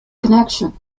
connection